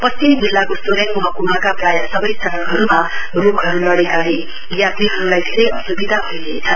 पश्चिम जिल्लाको सोरेङ महकुमाका प्राय सबै सडकहरुमा रुखहरु लड़ेकाले यात्रीहरुलाई धेरै असुविधा भइरहेछ